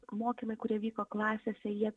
mokymai kurie vyko klasėse jie